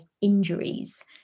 injuries